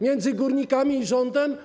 Między górnikami i rządem?